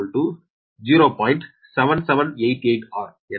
7788r எனவே 0